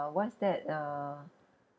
what is that uh